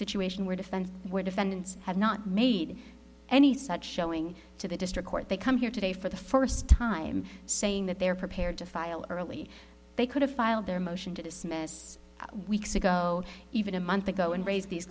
situation where defense where defendants have not made any such showing to the district court they come here today for the first time saying that they are prepared to file early they could have filed their motion to dismiss weeks ago even a month ago and raised these